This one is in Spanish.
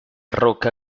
roca